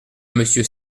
monsieur